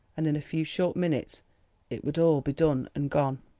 and in a few short minutes it would all be done and gone!